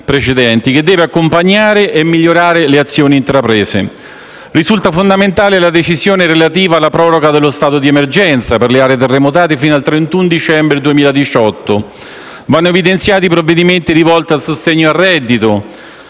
precedenti, che deve accompagnare e migliorare le azioni intraprese. Risulta fondamentale la decisione relativa alla proroga dello stato di emergenza per le aree terremotate fino al 31 dicembre 2018. Vanno evidenziati i provvedimenti volti al sostegno al reddito,